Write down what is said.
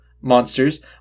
monsters